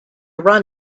run